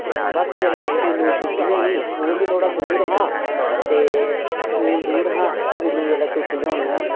ते बस जेल्लै स्कूलूं छुट्टी होनी स्कूल बी थोह्ड़ा दूर हा ते स्कूल दूर हा स्कूलू जेल्लै छुट्टी होनी तां